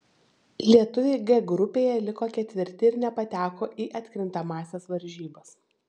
lietuviai g grupėje liko ketvirti ir nepateko į atkrintamąsias varžybas